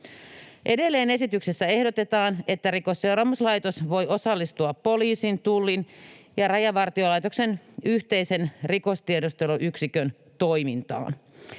Edelleen esityksessä ehdotetaan, että Rikosseuraamuslaitos voi osallistua poliisin, Tullin ja Rajavartiolaitoksen yhteisen rikostiedusteluyksikön toimintaan.